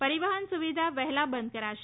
પરિવહન સુવિધા વહેલા બંધ કરાશે